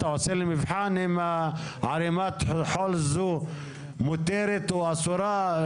אתה עושה לי מבחן אם ערמת חול זו מותרת או אסורה?